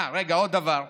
אה, רגע, עוד דבר: